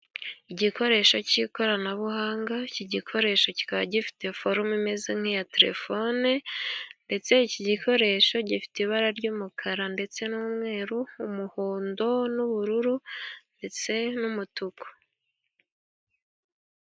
Igikoresho cy'ikoranabuhanga, iki gikoresho kikaba gifite forume imeze nk'iya telefone, ndetse iki gikoresho gifite ibara ry'umukara ndetse n'umweru, umuhondo, n'ubururu ndetse n'umutuku.